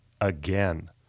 again